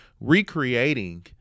recreating